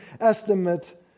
estimate